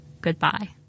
Goodbye